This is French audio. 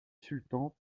sultan